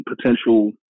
Potential